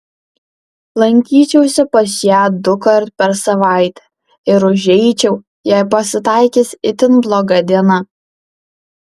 lankyčiausi pas ją dukart per savaitę ir užeičiau jei pasitaikys itin bloga diena